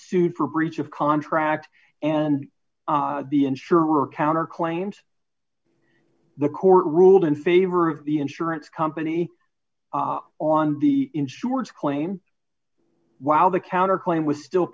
sued for breach of contract and the insurer counter claims the court ruled in favor of the insurance company on the insurance claim while the counter claim was still